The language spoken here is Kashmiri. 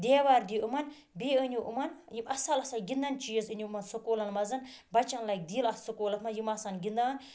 دیوار دِیو یِمَن بیٚیہِ أنیو یِمَن یِم اصل اصل گِندَن چیٖز أنیو یِمَن سکولَن مَنٛز بَچَن لَگہِ دِل اَتھ سکولَس مَنٛز یِم آسَن گِندان